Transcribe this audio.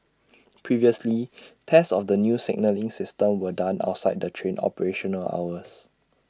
previously tests of the new signalling system were done outside the train operational hours